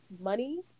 money